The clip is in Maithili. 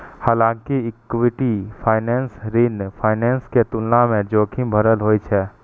हालांकि इक्विटी फाइनेंसिंग ऋण फाइनेंसिंग के तुलना मे जोखिम भरल होइ छै